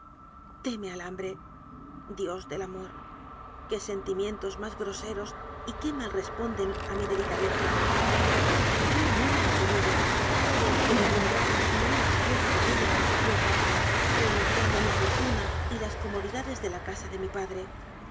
al hambre dios del amor qué sentimientos más groseros y qué mal responden a mi delicadeza yo no la he temido yo que de buen grado me he expuesto a ella por su culpa renunciando a mi fortuna y las comodi dades de la casa de mi padre